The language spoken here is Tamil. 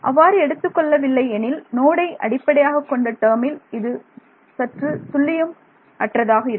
அவ்வாறு எடுத்துக் கொள்ளவில்லை எனில் நோடை அடிப்படையாகக் கொண்ட டேர்மில் இது துல்லியம் அற்றதாக இருக்கும்